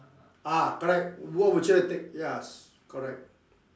ah correct what would you like to take yes correct